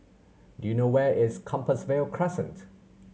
do you know where is Compassvale Crescent